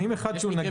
כל עבירה.